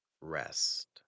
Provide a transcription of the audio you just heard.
rest